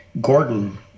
Gordon